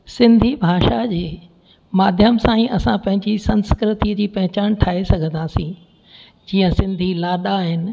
सिंधी भाषा जे माध्यम सां ई असां पंहिंजी संस्कृतीअ जी पहिचान ठाहे सघंदासीं जीअं सिंधी लाॾा आहिनि